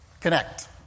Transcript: connect